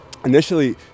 Initially